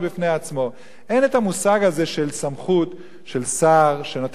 אין המושג הזה של סמכות של שר שנותן הוראה לפקידים.